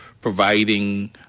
providing